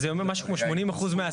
אז זה אומר משהו כמו 80% מהעסקים.